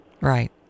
Right